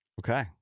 Okay